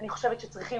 אני חושבת שצריכים,